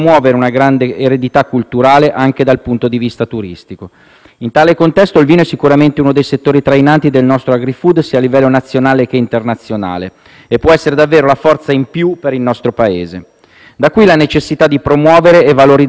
In tale contesto, il vino è sicuramente uno dei settori trainanti del nostro *agri-food*, sia a livello nazionale che internazionale, e può essere davvero la forza in più per il nostro Paese. Da qui la necessità di promuovere e valorizzare uno straordinario comparto in crescita che è rappresentato dall'enoturismo.